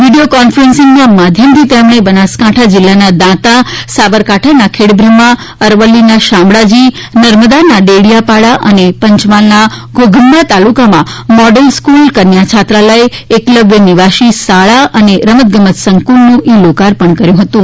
video કોન્ફરન્સના માધ્યમથી તેમણે બનાસકાંઠા જિલ્લાના દાંતા સાબરકાંઠાના ખેડબ્રમ્ફા અરવલ્લીના શામળાજીનર્મદાના ડેડિયાપાડા તથા પંચમહાલના ધોઘંબા તાલુકામાં મોડેલ સ્કુલ કન્યા છાત્રાલય એકલવ્ય નિવાસી શાળા અને રમતગમત સંકુલનું ઇ લોકાર્પણ કર્યું હતુ